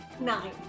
Nine